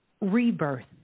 rebirth